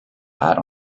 add